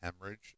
hemorrhage